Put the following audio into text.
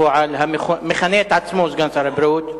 המכנה עצמו סגן שר הבריאות,